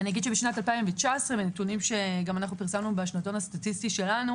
בשנת 2019 מנתונים שפרסמנו בשנתון הסטטיסטי שלנו